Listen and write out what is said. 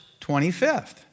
25th